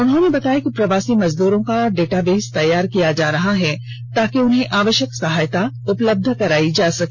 उन्होंने बताया कि प्रवासी मजदूरों का डाटाबेस तैयार किया जा रहा है ताकि उन्हें आवष्यक सहायता उपलब्ध करायी जा सके